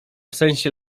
sensie